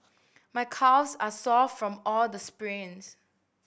my calves are sore from all the sprints